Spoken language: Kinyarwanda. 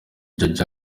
jojo